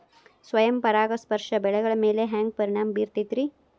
ಸ್ವಯಂ ಪರಾಗಸ್ಪರ್ಶ ಬೆಳೆಗಳ ಮ್ಯಾಲ ಹ್ಯಾಂಗ ಪರಿಣಾಮ ಬಿರ್ತೈತ್ರಿ?